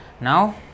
Now